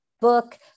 book